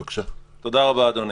תודה רבה, אדוני.